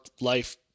life